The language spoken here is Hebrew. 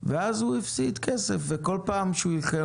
אז הוא הפסיד כסף וכל פעם שהוא איחר,